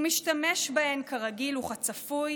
הוא משתמש בהן כרגיל וכצפוי